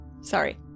sorry